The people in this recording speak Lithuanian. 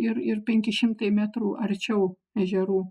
ir ir penki šimtai metrų arčiau ežerų